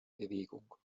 bewegung